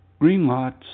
Greenlots